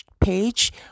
page